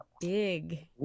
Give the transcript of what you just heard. big